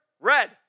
red